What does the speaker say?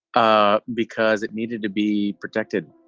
ah because it needed to be protected